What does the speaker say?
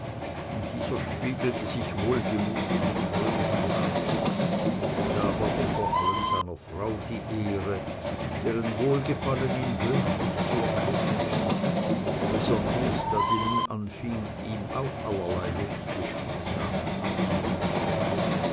und dieser spiegelte sich wohlgemut in dem fröhlichen nachwuchs gab aber vor allen seiner frau die ehre deren wohlgefallen ihn höchlich zu erquicken schien besonders da sie nun anfing ihm auch allerlei lustige spitznamen anzuhängen